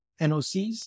NOCs